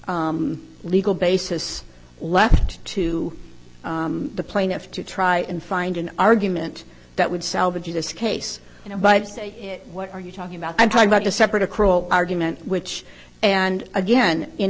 only legal basis left to the plaintiff to try and find an argument that would salvage this case you know but what are you talking about i'm talking about the separate across argument which and again in